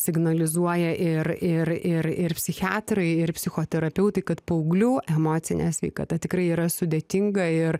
signalizuoja ir ir ir ir psichiatrai ir psichoterapeutai kad paauglių emocinė sveikata tikrai yra sudėtinga ir